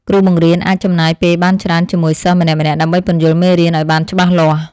គ្រូបង្រៀនអាចចំណាយពេលបានច្រើនជាមួយសិស្សម្នាក់ៗដើម្បីពន្យល់មេរៀនឱ្យបានច្បាស់លាស់។